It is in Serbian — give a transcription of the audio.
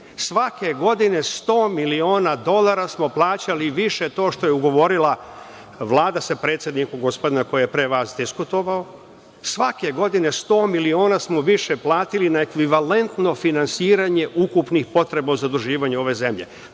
Svake godine sto miliona dolara smo plaćali više to što je ugovorila Vlada sa predsednikom, gospodina koji je pre vas diskutovao, svake godine sto miliona smo više platili na ekvavilentno finansiranje ukupnih potreba o zaduživanju ove zemlje.